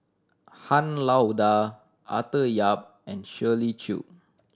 Han Lao Da Arthur Yap and Shirley Chew